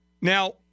Now